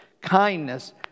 kindness